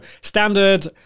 standard